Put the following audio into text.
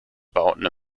bauten